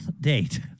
date